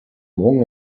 morgen